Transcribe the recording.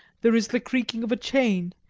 there is the creaking of a chain,